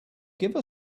give